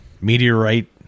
meteorite